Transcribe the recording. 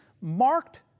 marked